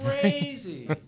crazy